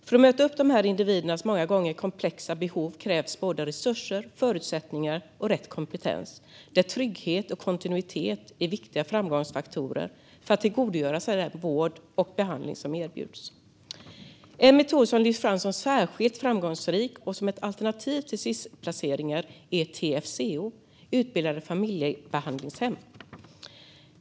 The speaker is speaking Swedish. För att möta upp dessa individers många gånger komplexa behov krävs resurser, förutsättningar och rätt kompetens, där trygghet och kontinuitet är viktiga framgångsfaktorer för att de ska kunna tillgodogöra sig vård och behandling som erbjuds. En metod som lyfts fram som särskilt framgångsrik och som ett alternativ till Sis-placeringar är TFCO, utbildade familjebehandlingshem.